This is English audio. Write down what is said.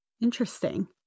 Interesting